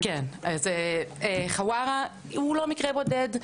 אז חווארה הוא לא מקרה בודד,